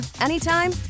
anytime